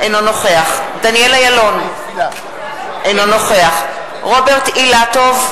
אינו נוכח דניאל אילון, אינו נוכח רוברט אילטוב,